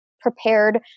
prepared